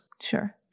Sure